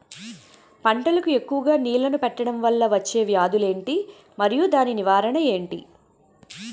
పంటలకు ఎక్కువుగా నీళ్లను పెట్టడం వలన వచ్చే వ్యాధులు ఏంటి? మరియు దాని నివారణ ఏంటి?